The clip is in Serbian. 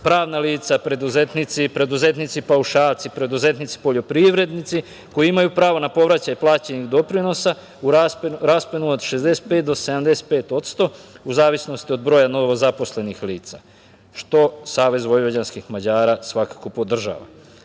pravna lica, preduzetnici paušalci, preduzetnici poljoprivrednici koji imaju pravo na povraćaj plaćenih doprinosa u rasponu od 65% do 75%, u zavisnosti od broja novozaposlenih lica, što Savez vojvođanskih Mađara svakako